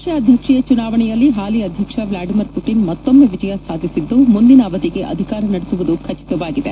Russia ಅಧ್ಯಕ್ಷೀಯ ಚುನಾವಣೆಯಲ್ಲಿ ಹಾಲಿ ಅಧ್ಯಕ್ಷ ವ್ಲಾಡಿಮಿರ್ ಪುಟಿನ್ ಮತ್ತೊಮ್ಮೆ ವಿಜಯ ಸಾಧಿಸಿದ್ದು ಮುಂದಿನ ಅವಧಿಗೆ ಅಧಿಕಾರ ನಡೆಸುವುದು ಖಚಿತವಾಗಿದೆ